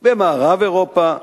במערב אירופה,